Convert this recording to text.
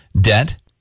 debt